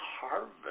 harvest